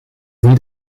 niet